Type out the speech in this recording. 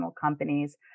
companies